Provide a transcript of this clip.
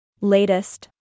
Latest